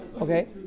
Okay